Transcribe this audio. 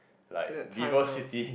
at that time ah